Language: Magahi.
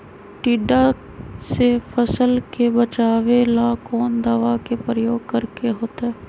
टिड्डा से फसल के बचावेला कौन दावा के प्रयोग करके होतै?